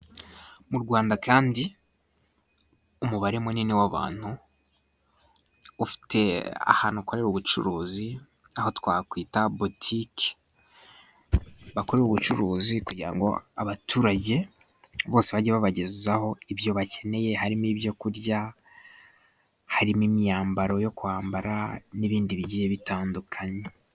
Mu Rwanda kandi umubare munini w'abantu ufite ahantu ukorera ubucuruzi aho twakwita botike, bakorera ubucuruzi kugira ngo abaturage bose bajye babagezaho ibyo bakeneye. Harimo ibyo kurya, harimo imyambaro yo kwambara n'ibindi bigiye bitandukanye.